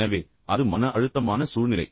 எனவே அது மன அழுத்தமான சூழ்நிலை